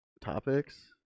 topics